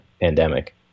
pandemic